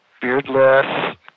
beardless